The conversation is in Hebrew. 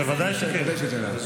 בוודאי שאתן לך.